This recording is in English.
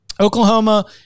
Oklahoma